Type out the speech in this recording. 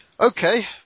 Okay